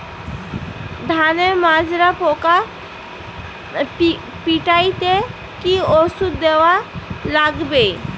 ধানের মাজরা পোকা পিটাইতে কি ওষুধ দেওয়া লাগবে?